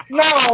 no